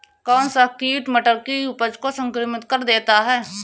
कौन सा कीट मटर की उपज को संक्रमित कर देता है?